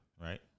right